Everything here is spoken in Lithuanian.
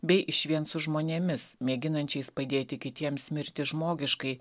bei išvien su žmonėmis mėginančiais padėti kitiems mirti žmogiškai